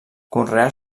conreà